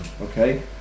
okay